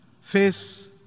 face